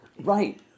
Right